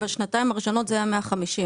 -- בשנתיים הראשונות זה היה 150,